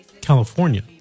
california